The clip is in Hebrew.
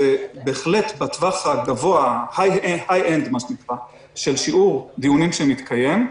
בהחלט בטווח הגבוה של שיעור דיונים שמתקיים.